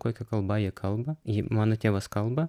kokia kalba jie kalba mano tėvas kalba